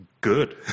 Good